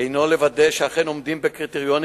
הינו לוודא שהם אכן עומדים בקריטריונים